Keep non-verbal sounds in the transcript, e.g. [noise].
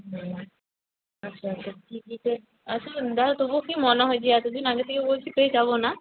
হুম আচ্ছা আচ্ছা টিকিটের [unintelligible] আচ্ছা দাদা তবুও কি মনে হয় যে এতদিন আগে থেকে বলছি পেয়ে যাব না